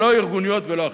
לא ארגוניות ולא אחרות.